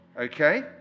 Okay